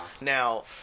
Now